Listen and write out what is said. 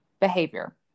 behavior